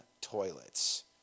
toilets